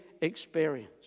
experience